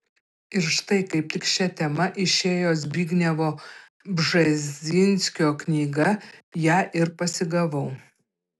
ir štai kaip tik šia tema išėjo zbignevo bžezinskio knyga ją ir pasigavau